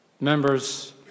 members